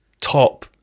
top